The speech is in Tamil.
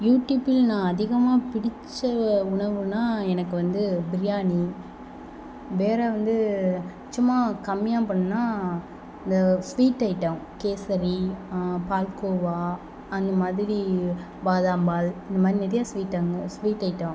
யூடியூப்பில் நான் அதிகமாக பிடித்த உணவுனால் எனக்கு வந்து பிரியாணி வேறு வந்து சும்மா கம்மியாக பண்ணணுனா இந்த ஸ்வீட் ஐட்டம் கேசரி பால்கோவா அந்தமாதிரி பாதாம்பால் இந்தமாதிரி நிறையா ஸ்வீட் ஸ்வீட் ஐட்டோம்